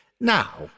Now